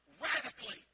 radically